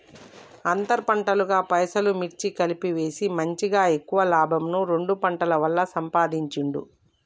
అంతర్ పంటలుగా పెసలు, మిర్చి కలిపి వేసి మంచిగ ఎక్కువ లాభంను రెండు పంటల వల్ల సంపాధించిండు